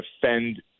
defend